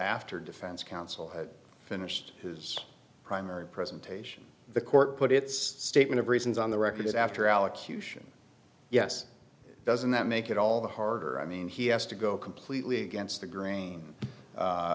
after defense counsel had finished his primary presentation the court put its statement of reasons on the record after allocution yes doesn't that make it all the harder i mean he has to go completely against the grain